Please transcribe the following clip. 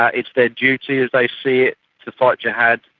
ah it's their duty as they see it to fight jihad,